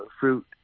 fruit